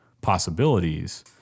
possibilities